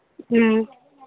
ꯎꯝ